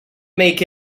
make